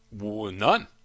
None